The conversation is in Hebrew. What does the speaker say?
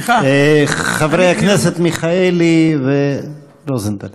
חברי הכנסת מיכאלי ורוזנטל.